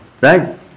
Right